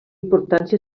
importància